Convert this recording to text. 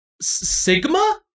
Sigma